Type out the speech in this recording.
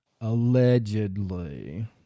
Allegedly